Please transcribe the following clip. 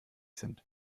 sind